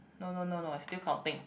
no no no no I still counting